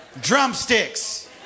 drumsticks